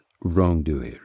wrongdoer